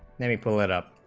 they pull it up